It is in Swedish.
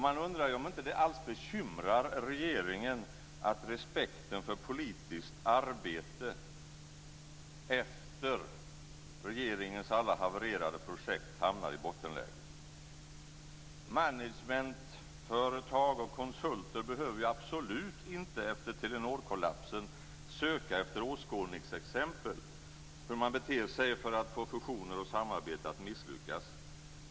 Man undrar om det inte alls bekymrar regeringen att respekten för politiskt arbete efter regeringens alla havererade projekt hamnar i bottenläge. Managementföretag och konsulter behöver efter Telenorkollapsen absolut inte söka efter åskådningsexempel på hur man beter sig för att få fusioner och samarbeten att misslyckas.